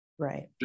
Right